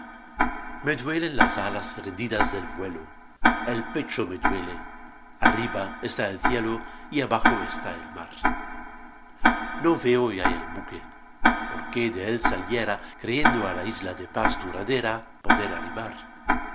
las alas rendidas del vuelo el pecho me duele arriba está el cielo y abajo está el mar no veo ya el buque por qué de él saliera creyendo á la isla de paz duradera poder arribar